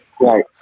Right